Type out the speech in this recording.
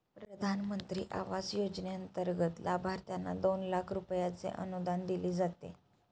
प्रधानमंत्री आवास योजनेंतर्गत लाभार्थ्यांना दोन लाख रुपयांचे अनुदान दिले जाते